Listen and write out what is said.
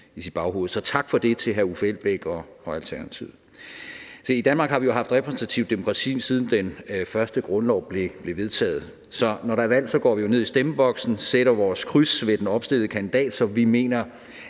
i sit baghoved. Så tak for det til hr. Uffe Elbæk og Alternativet. Se, i Danmark har vi jo haft repræsentativt demokrati, siden den første grundlov blev vedtaget, så når der er valg, går vi ned i stemmeboksen og sætter vores kryds ved den opstillede kandidat, som vi mener